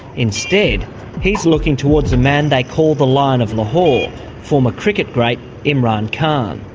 instead, he's looking towards the man they call the lion of lahore, former cricket great imran khan.